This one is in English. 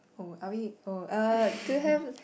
oh are we oh uh to have